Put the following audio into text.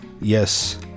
yes